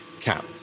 cap